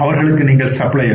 அவர்களுக்கு நீங்கள் சப்ளையர்